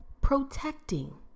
protecting